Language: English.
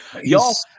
Y'all